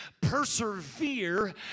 persevere